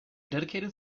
dedicated